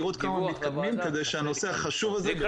לראות כמה מתקדמים כדי שהנושא החשוב הזה יתקדם.